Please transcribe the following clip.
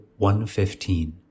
115